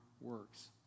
works